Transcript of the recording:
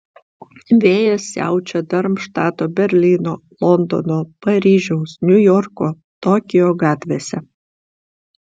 vėjas siaučia darmštato berlyno londono paryžiaus niujorko tokijo gatvėse